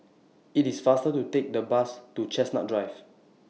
IT IS faster to Take The Bus to Chestnut Drive